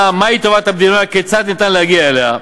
מהי טובת המדינה וכיצד אפשר להגיע אליה,